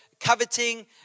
coveting